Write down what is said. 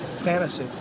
fantasy